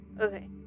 Okay